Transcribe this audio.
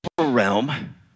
realm